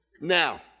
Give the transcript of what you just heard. now